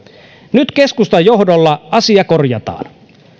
nyt keskustan johdolla asia korjataan